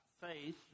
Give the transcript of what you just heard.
faith